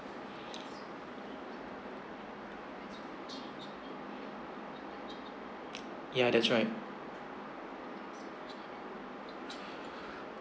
ya that's right